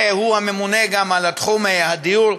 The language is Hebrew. והוא הממונה גם על תחום הדיור,